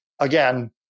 again